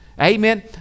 Amen